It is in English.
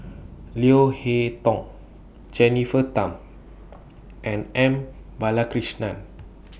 Leo Hee Tong Jennifer Tham and M Balakrishnan